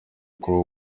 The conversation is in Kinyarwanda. uko